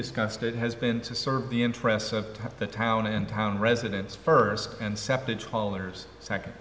discussed it has been to serve the interests of the town and town residents first and se